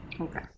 okay